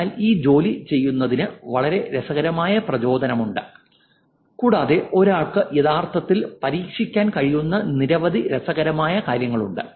അതിനാൽ ഈ ജോലി ചെയ്യുന്നതിന് വളരെ രസകരമായ പ്രചോദനമുണ്ട് കൂടാതെ ഒരാൾക്ക് യഥാർത്ഥത്തിൽ പരീക്ഷിക്കാൻ കഴിയുന്ന നിരവധി രസകരമായ കാര്യങ്ങളുണ്ട്